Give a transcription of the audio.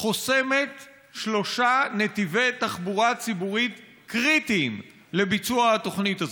חוסמת שלושה נתיבי תחבורה ציבורית קריטיים לביצוע התוכנית הזאת.